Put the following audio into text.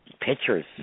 pictures